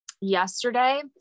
yesterday